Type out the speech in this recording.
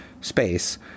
space